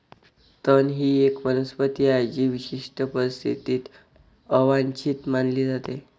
तण ही एक वनस्पती आहे जी विशिष्ट परिस्थितीत अवांछित मानली जाते